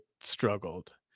struggled